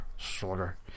shorter